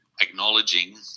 acknowledging